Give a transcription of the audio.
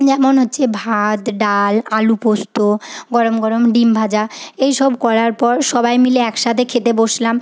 যেমন হচ্ছে ভাত ডাল আলু পোস্ত গরম গরম ডিম ভাজা এই সব করার পর সবাই মিলে একসাথে খেতে বসলাম